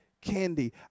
candy